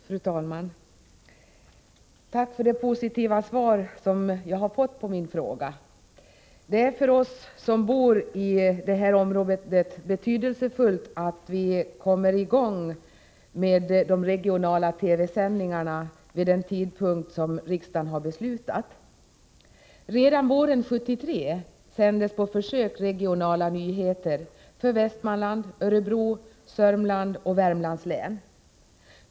Fru talman! Tack för det positiva svar som jag har fått på min fråga. Det är för oss som bor i området betydelsefullt att de regionala TV-sändningarna kommer i gång vid den tidpunkt som riksdagen har beslutat. Redan våren 1973 sändes på försök regionala nyheter för Västmanlands, Örebro, Södermanlands och Värmlands län.